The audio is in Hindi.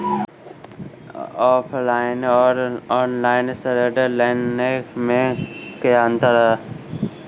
ऑफलाइन और ऑनलाइन ऋण लेने में क्या अंतर है?